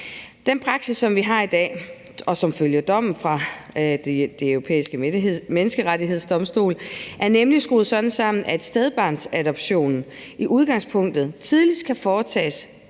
Den praksis, som vi har i dag, og som følger dommen fra Den Europæiske Menneskerettighedsdomstol, er nemlig skruet sådan sammen, at stedbarnsadoption i udgangspunktet tidligst kan foretages